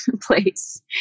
place